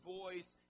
voice